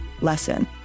lesson